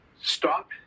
stop